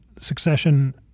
succession